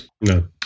no